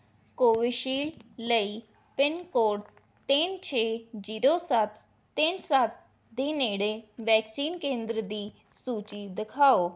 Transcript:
Covishield ਲਈ pincode ਤਿੰਨ ਛੇ ਜ਼ੀਰੋ ਸੱਤ ਤਿੰਨ ਸੱਤ ਦੇ ਨੇੜੇ ਵੈਕਸੀਨ ਕੇਂਦਰ ਦੀ ਸੂਚੀ ਦਿਖਾਓ